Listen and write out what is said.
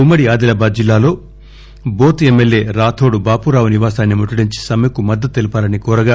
ఉమ్మడి ఆదిలాబాద్ జిల్లాలో బోథ్ ఎమ్మెల్యే రాథోడ్ బాపురావు నివాసాన్ని ముట్టడించి సమ్మెకు మద్దతు తెలపాలని కోరగా